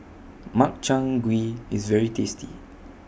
Makchang Gui IS very tasty